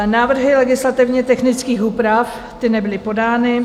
Návrhy legislativně technických úprav ty nebyly podány.